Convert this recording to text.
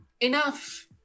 Enough